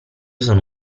sono